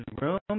room